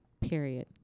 period